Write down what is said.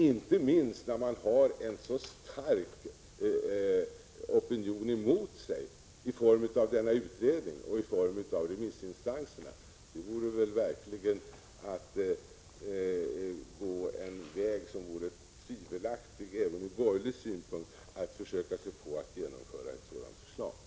Inte minst när de har en så stark opinion emot sig i form av utredningen och remissinstanserna, vore det verkligen att slå in på en tvivelaktig väg, även ur borgerlig 151 synpunkt, att försöka sig på att genomföra reservanternas förslag.